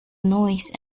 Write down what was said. noise